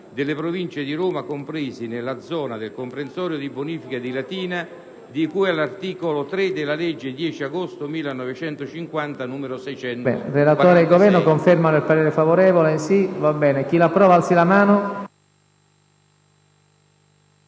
della provincia di Roma compresi nella zona del comprensorio di bonifica di Latina, di cui all'articolo 3 della legge 10 agosto 1950, n. 646».